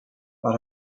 but